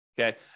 Okay